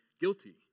guilty